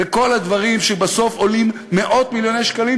וכל הדברים שבסוף עולים מאות מיליוני שקלים,